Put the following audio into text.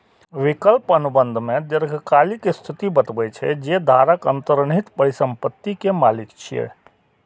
विकल्प अनुबंध मे दीर्घकालिक स्थिति बतबै छै, जे धारक अंतर्निहित परिसंपत्ति के मालिक छियै